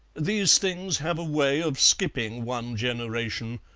these things have a way of skipping one generation,